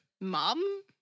Mom